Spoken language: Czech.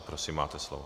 Prosím, máte slovo.